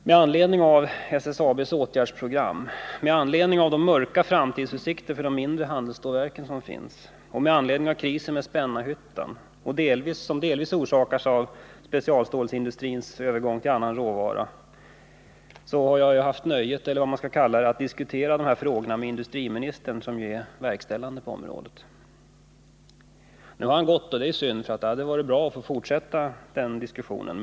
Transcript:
Med anledning av SSAB:s åtgärdsprogram, med anledning av de mörka framtidsutsikterna för de mindre handelsstålverken och med anledning av krisen vid Spännarhyttan, som delvis orsakats av att specialstålsindustrin går över till annan råvara, har jag haft nöjet — eller vad man skall kalla det — att diskutera de här frågorna med industriministern, som ju är verkställande på området. Nu har han gått, och det är synd, för det hade varit bra att få fortsätta den diskussionen.